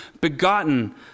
begotten